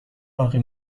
باقی